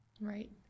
Right